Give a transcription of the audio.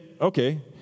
okay